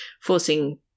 forcing